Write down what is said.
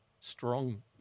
strong